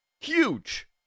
Huge